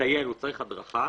מטייל הוא צריך הדרכה,